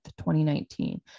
2019